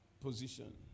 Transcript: position